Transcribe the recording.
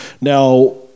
now